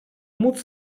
móc